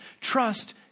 trust